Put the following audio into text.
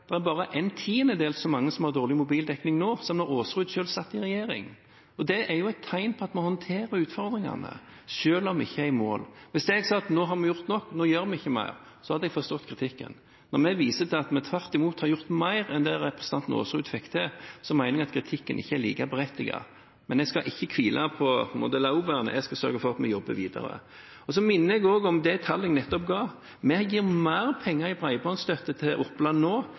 bare er en tiendedel så mange som har dårlig mobildekning nå, som da Aasrud selv satt i regjering. Det er jo et tegn på at vi håndterer utfordringene, selv om vi ikke er i mål. Hvis jeg hadde sagt at nå har vi gjort nok, nå gjør vi ikke mer, hadde jeg forstått kritikken, men når vi viser til at vi tvert imot har gjort mer enn det representanten Aasrud fikk til, så mener jeg at kritikken ikke er like berettiget. Men jeg skal ikke hvile på mine laurbær, jeg skal sørge for at vi jobber videre. Så minner jeg også om det tallet jeg nettopp ga: Vi gir mer penger i bredbåndsstøtte til Oppland nå